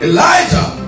Elijah